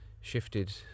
shifted